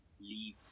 leave